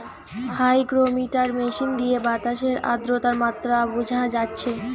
hygrometer machine দিয়ে বাতাসের আদ্রতার মাত্রা বুঝা যাচ্ছে